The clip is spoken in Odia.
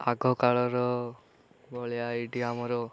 ଆଗ କାଳର ଭଳିଆ ଏଇଠି ଆମର